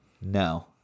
No